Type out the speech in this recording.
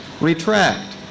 retract